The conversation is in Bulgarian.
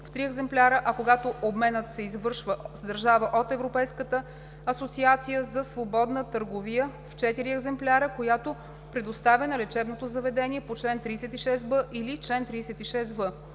три екземпляра, а когато обменът се извършва с държава от Европейската асоциация за свободна търговия – в четири екземпляра, която предоставя на лечебното заведение по чл. 36б или чл. 36в.